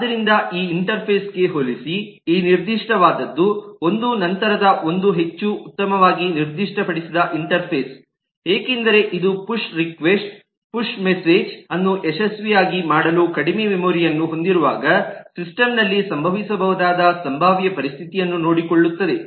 ಆದ್ದರಿಂದ ಈ ಇಂಟರ್ಫೇಸ್ ಗೆ ಹೋಲಿಸಿ ಈ ನಿರ್ದಿಷ್ಟವಾದದ್ದು ಒಂದು ನಂತರದ ಒಂದು ಹೆಚ್ಚು ಉತ್ತಮವಾಗಿ ನಿರ್ದಿಷ್ಟಪಡಿಸಿದ ಇಂಟರ್ಫೇಸ್ ಏಕೆಂದರೆ ಇದು push request push message push requestpush messenge ಅನ್ನು ಯಶಸ್ವಿಯಾಗಿ ಮಾಡಲು ಕಡಿಮೆ ಮೆಮೊರಿ ಯನ್ನು ಹೊಂದಿರುವಾಗ ಸಿಸ್ಟಂ ನಲ್ಲಿ ಸಂಭವಿಸಬಹುದಾದ ಸಂಭಾವ್ಯ ಪರಿಸ್ಥಿತಿಯನ್ನು ನೋಡಿಕೊಳ್ಳುತ್ತದೆ